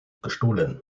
gestohlen